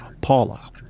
Paula